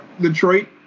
Detroit